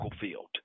field